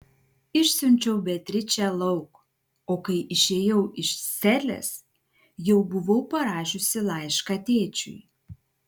išsiunčiau beatričę lauk o kai išėjau iš celės jau buvau parašiusi laišką tėčiui